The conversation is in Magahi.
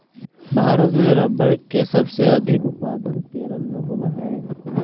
भारत में रबर के सबसे अधिक उत्पादन केरल में होवऽ हइ